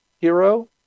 hero